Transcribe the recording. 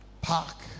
Park